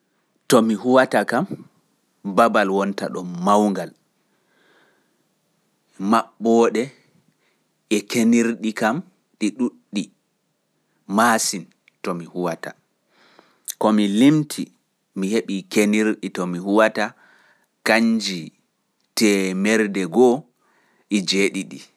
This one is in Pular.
To mi huwata kam babal wonta ɗon mawngal, maɓɓooɗe e kenirɗi kam ɗi ɗuuɗɗi masin to mi huwata, ko mi limti, mi heɓii kenirɗi to mi huwata kannji teemerɗe go'o e jeeɗiɗi